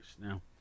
Now